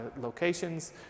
locations